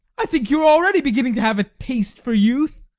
i think you are already beginning to have a taste for youth?